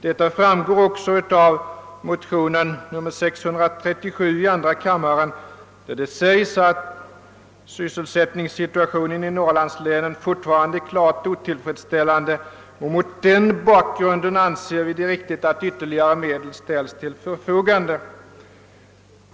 Detta framgår också av motionen II: 637, där det sägs, att sysselsättningssituationen i mnorrlandslänen fortfarande är klart otillfredsställande. Mot den bakgrunden anser vi det riktigt att ytterligare medel ställs till förfogande.